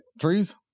Trees